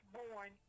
born